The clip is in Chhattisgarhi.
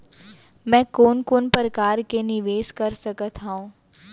मैं कोन कोन प्रकार ले निवेश कर सकत हओं?